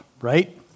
right